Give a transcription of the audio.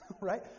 right